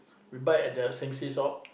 we buy at the think same so